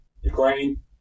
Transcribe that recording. Ukraine